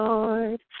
Lord